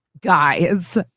guys